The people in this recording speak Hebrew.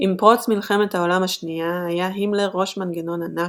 עם פרוץ מלחמת העולם השנייה היה הימלר ראש מנגנון ענק,